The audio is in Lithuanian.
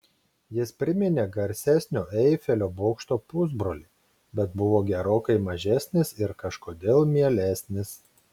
jis priminė garsesnio eifelio bokšto pusbrolį bet buvo gerokai mažesnis ir kažkodėl mielesnis